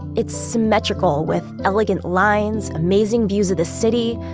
it's symmetrical with elegant lines, amazing views of the city,